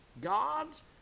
God's